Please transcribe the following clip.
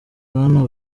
bwana